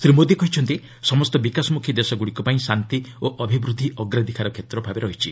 ଶ୍ରୀ ମୋଦି କହିଛନ୍ତି ସମସ୍ତ ବିକାଶମୁଖୀ ଦେଶଗୁଡ଼ିକପାଇଁ ଶାନ୍ତି ଓ ଅଭିବୃଦ୍ଧି ଅଗ୍ରାଧିକାର କ୍ଷେତ୍ର ରହିଛି